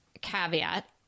Caveat